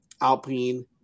Alpine